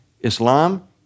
Islam